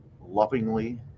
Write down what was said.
lovingly